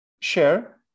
share